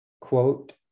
Quote